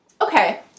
okay